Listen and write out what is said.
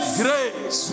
grace